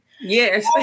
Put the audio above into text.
Yes